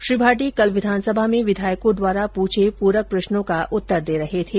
श्री भाटी कल विधानसभा में विधायकों द्वारा पूछे पूरक प्रश्नों का उत्तर दे रहे थे